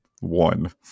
one